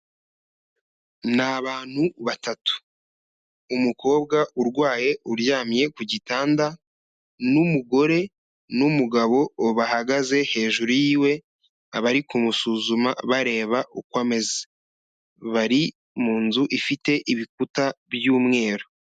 Ni abantu batatu. Umukobwa urwaye uryamye ku gitanda n'umugore n'umugabo bahagaze hejuru yiwe, abari kumusuzuma bareba uko ameze, bari mu nzu ifite ibikuta by'umweru.